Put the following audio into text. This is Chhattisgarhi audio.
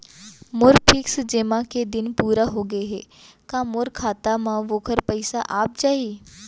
मोर फिक्स जेमा के दिन पूरा होगे हे का मोर खाता म वोखर पइसा आप जाही?